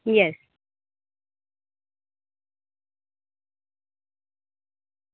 yes